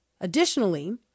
Additionally